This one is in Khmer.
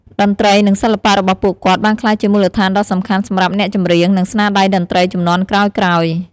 តន្ត្រី និងសិល្បៈរបស់ពួកគាត់ បានក្លាយជាមូលដ្ឋានដ៏សំខាន់សម្រាប់អ្នកចម្រៀង និងស្នាដៃតន្ត្រីជំនាន់ក្រោយៗ។